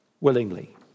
Willingly